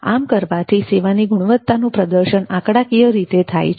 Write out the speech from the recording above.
આમ કરવાથી સેવાની ગુણવત્તાનું પ્રદર્શન આંકડાકીય રીતે થાય છે